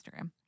Instagram